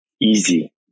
Easy